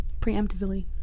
preemptively